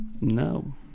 No